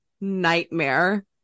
nightmare